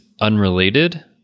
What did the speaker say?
unrelated